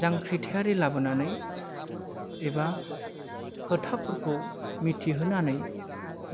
जांख्रिथायारि लाबोनानै एबा खोथाफोरखौ मिथिहोनानै